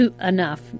enough